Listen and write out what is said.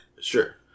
Sure